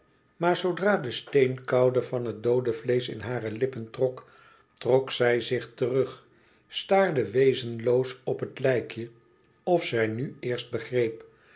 maar zoodra de steenkoude van het doode vleesch in hare lippen trok trok zij zich terug staarde wezenloos op het lijkje of zij nu eerst begreep